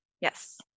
Yes